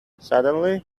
suddenly